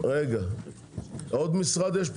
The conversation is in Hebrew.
עוד משרד?